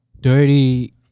dirty